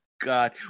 god